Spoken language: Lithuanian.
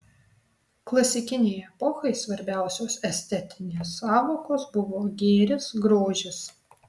klasikinei epochai svarbiausios estetinės sąvokos buvo gėris grožis